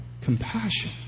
compassion